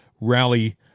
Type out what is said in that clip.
rally